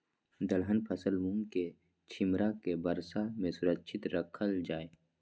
दलहन फसल मूँग के छिमरा के वर्षा में सुरक्षित राखल जाय?